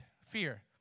fear